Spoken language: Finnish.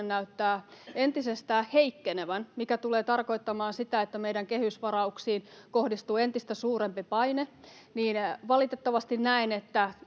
näyttää entisestään heikkenevän, mikä tulee tarkoittamaan sitä, että meidän kehysvarauksiin kohdistuu entistä suurempi paine, niin valitettavasti näen, että